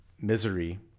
misery